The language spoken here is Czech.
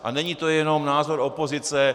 A není to jenom názor opozice.